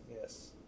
Yes